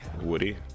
Woody